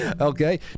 Okay